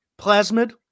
plasmid